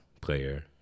player